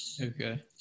Okay